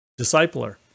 discipler